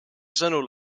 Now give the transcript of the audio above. sõnul